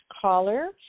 caller